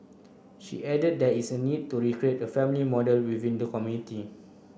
she added that is a need to recreate a family model within the community